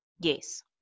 Yes